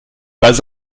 pas